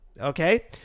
okay